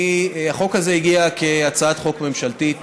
הצעת החוק הזאת הגיעה כהצעת חוק ממשלתית